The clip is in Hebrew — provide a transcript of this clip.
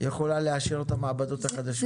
יכולה לאשר את המעבדות החדשות.